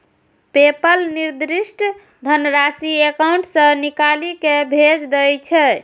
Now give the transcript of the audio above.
PayPal निर्दिष्ट धनराशि account सं निकालि कें भेज दै छै